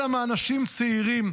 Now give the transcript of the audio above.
אלא מאנשים צעירים.